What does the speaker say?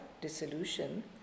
dissolution